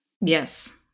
Yes